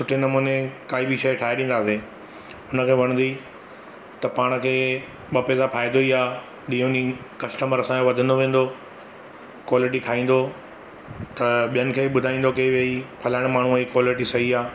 सूठे नमूने काई बि शइ ठाहे ॾींदा से हुनखे वणंदी त पाण खे ॿ पैसा फ़ाइदो ई आहे ॾीहो ॾींहुं कस्टमर असांजो वधंदो वेंदो क्वालिटी खाईंदो त ॿियनि खे बि ॿुधाईंदो कि भई फलाणे माण्हूअ जी क्वालिटी सही आहे